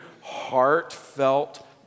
heartfelt